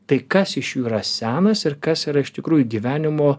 tai kas iš jų yra senas ir kas yra iš tikrųjų gyvenimo